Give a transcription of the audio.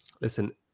listen